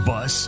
Bus